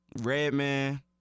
Redman